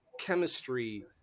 chemistry